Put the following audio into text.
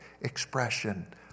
expression